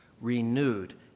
Renewed